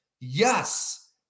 yes